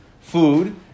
food